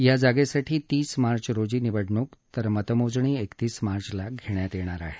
या जागेसाठी तीस मार्च रोजी निवडणूक तर मतमोजणी एकतीस मार्चला घेण्यात येणार आहे